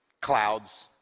clouds